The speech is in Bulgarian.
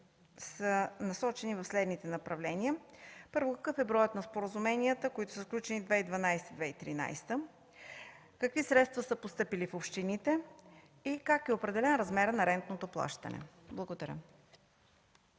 са насочени в следните направления: първо – какъв е броят на споразуменията, които са сключени през 2012-2013 г.? Какви средства са постъпили в общините? Как е определен размерът на рентното плащане? Благодаря.